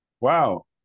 wow